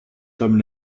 tom